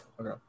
Okay